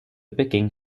picking